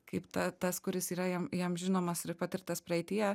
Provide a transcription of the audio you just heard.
kaip ta tas kuris yra jam jam žinomas ir patartas praeityje